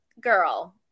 girl